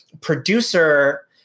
producer